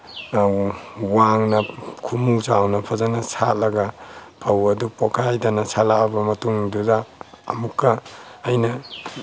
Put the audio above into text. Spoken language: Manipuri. ꯋꯥꯡꯅ ꯈꯨꯝꯃꯨ ꯆꯥꯎꯅ ꯐꯖꯅ ꯁꯥꯠꯂꯒ ꯐꯧ ꯑꯗꯨ ꯄꯣꯈꯥꯏꯗꯅ ꯁꯥꯠꯂꯛꯑꯕ ꯃꯇꯨꯡꯗꯨꯗ ꯑꯃꯨꯛꯀ ꯑꯩꯅ